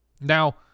Now